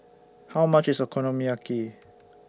How much IS Okonomiyaki